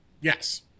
Yes